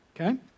Okay